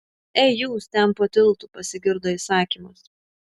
ei jūs ten po tiltu pasigirdo įsakymas